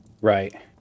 right